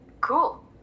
Cool